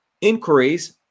inquiries